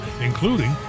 including